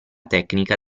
tecnica